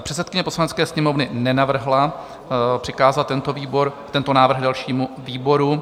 Předsedkyně Poslanecké sněmovny nenavrhla přikázat tento návrh dalšímu výboru.